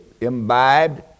imbibed